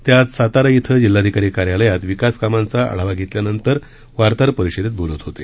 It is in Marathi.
ते आज सातारा इथं जिल्हाधिकारी कार्यालयात विकास कामांचा आढावा घेतल्यानंतर आयोजित वार्ताहर परिषदेत बोलत होते